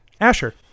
Asher